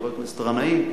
חבר הכנסת גנאים,